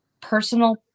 personal